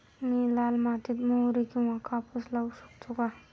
मी लाल मातीत मोहरी किंवा कापूस लावू शकतो का?